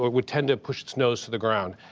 would tend to push its nose to the ground.